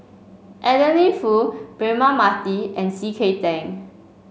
Adeline Foo Braema Mathi and C K Tang